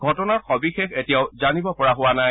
ঘটনাৰ সবিশেষ এতিয়াও জানিব পৰা হোৱা নাই